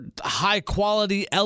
high-quality